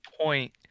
point